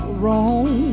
wrong